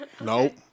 Nope